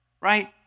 right